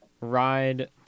ride